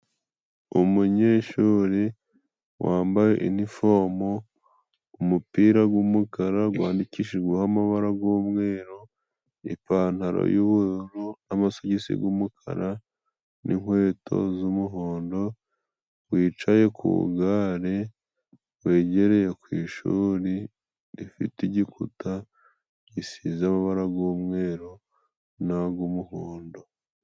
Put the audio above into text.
Umunyeshuri wambaye inifomo, umupira gw'umukara gwandikishijeho amabara g'umweru, ipantaro y'ubururu n'amasogisi g' umukara n'inkweto z'umuhondo wicaye ku gare, wegereye ku ishuri rifite igikuta risize amabara g'umweru n'ag' umuhondo.